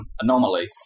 Anomaly